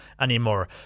anymore